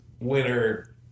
Winner